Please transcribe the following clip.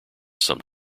some